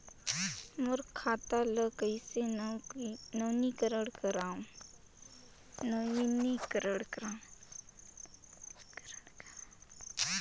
मोर खाता ल कइसे नवीनीकरण कराओ?